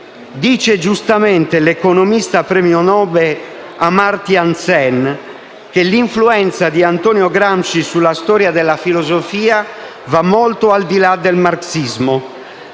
Dice giustamente l'economista premio Nobel, Amartya Sen, che l'influenza di Antonio Gramsci sulla storia della filosofia va molto al di là del marxismo.